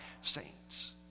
saints